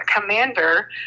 commander